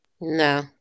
No